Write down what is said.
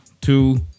two